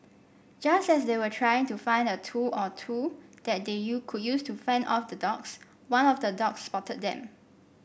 just as they were trying to find a tool or two that they you could use to fend off the dogs one of the dogs spotted them